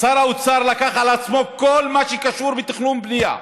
שר האוצר לקח על עצמו את כל מה שקשור בתכנון ובנייה: